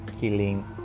killing